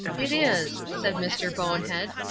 it is, said mr. bonehead.